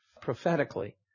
prophetically